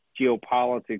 geopolitics